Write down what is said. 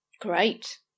Great